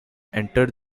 entered